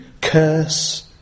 curse